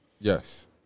Yes